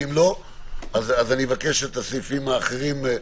ואם לא, אז אני מבקש את הסעיפים האחרים.